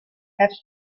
have